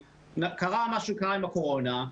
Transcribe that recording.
קרה מה שקרה עם הקורונה,